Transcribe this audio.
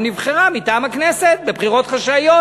נבחרה מטעם הכנסת בבחירות חשאיות.